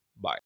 Bye